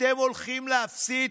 אתם הולכים להפסיד,